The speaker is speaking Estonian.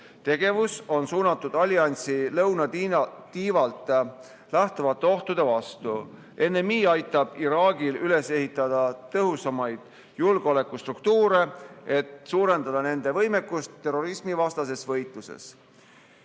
tegevus on suunatud alliansi lõunatiivalt lähtuvate ohtude vastu. NMI aitab Iraagil üles ehitada tõhusamaid julgeolekustruktuure, et suurendada nende võimekust terrorismivastases võitluses,